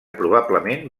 probablement